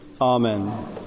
Amen